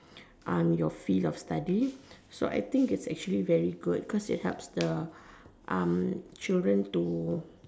um your field of study so I think is actually very good because it helps the um children to